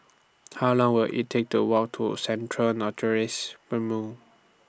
How Long Will IT Take to Walk to Central Narcotics